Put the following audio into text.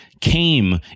came